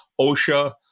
OSHA